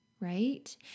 right